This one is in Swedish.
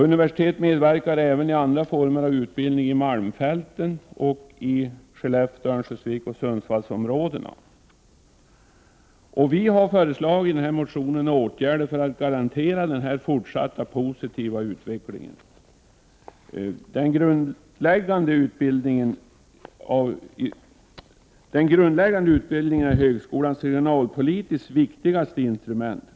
Universitetet medverkar även i andra former av utbildning i malmfälten, Skellefteå, Örnsköldsvik och Östersund. Vi har i motioner föreslagit åtgärder för att garantera en fortsatt positiv utveckling. Den grundläggande utbildningen är högskolans regionalpolitiskt viktigaste instrument.